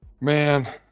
Man